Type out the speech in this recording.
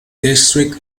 district